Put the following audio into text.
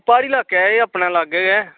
प्हाड़ी लाकै एह् अपने लागै गै